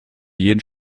jeden